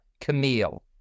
Camille